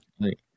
Right